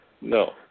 No